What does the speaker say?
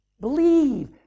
Believe